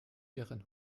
ihren